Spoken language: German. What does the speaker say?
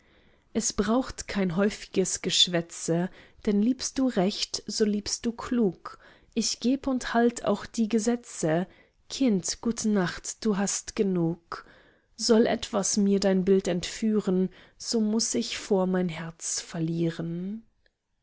es braucht kein häufiges geschwätze denn liebst du recht so liebst du klug ich geb und halt auch die gesetze kind gute nacht du hast genug soll etwas mir dein bild entführen so muß ich vor mein herz verlieren